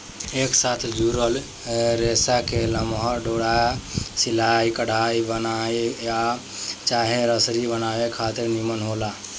एक साथ जुड़ल रेसा के लमहर डोरा सिलाई, कढ़ाई, बुनाई आ चाहे रसरी बनावे खातिर निमन होला